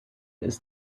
ist